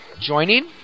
joining